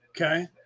Okay